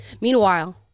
meanwhile